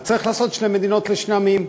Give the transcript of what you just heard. אז צריך לעשות שתי מדינות לשני עמים,